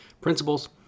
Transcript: Principles